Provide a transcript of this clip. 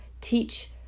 teach